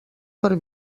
per